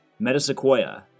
Metasequoia